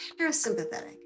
parasympathetic